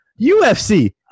UFC